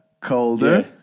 colder